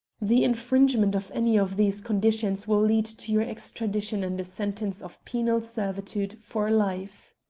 the infringement of any of these conditions will lead to your extradition and a sentence of penal servitude for life.